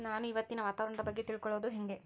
ನಾನು ಇವತ್ತಿನ ವಾತಾವರಣದ ಬಗ್ಗೆ ತಿಳಿದುಕೊಳ್ಳೋದು ಹೆಂಗೆ?